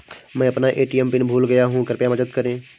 मैं अपना ATM PIN भूल गया हूँ, कृपया मदद करें